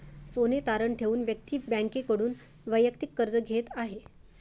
सोने तारण ठेवून व्यक्ती बँकेकडून वैयक्तिक कर्ज घेत आहे